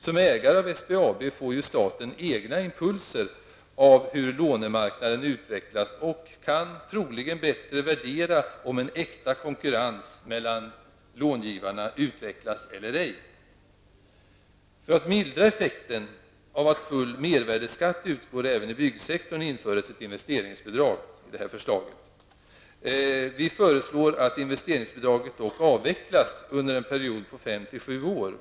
Som ägare av SBAB får ju staten egna impulser av hur lånemarknaden utvecklas och kan troligen bättre värdera om en äkta konkurrens utvecklas eller ej. För att mildra effekten av att full mervärdeskatt utgår även i byggsektorn införes ett investeringsbidrag i det här förslaget. Vi föreslår att investeringsbidraget dock avvecklas under en period på 5--7 år.